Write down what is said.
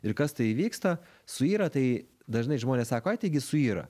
ir kas tai įvyksta suyra tai dažnai žmonės sako ai tai gi suyra